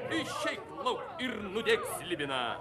išeik lauk ir nudėk slibiną